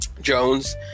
Jones